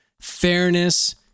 fairness